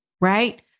right